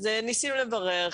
אז ניסינו לברר,